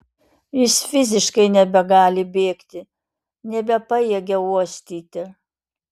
jis fiziškai nebegali bėgti nebepajėgia uostyti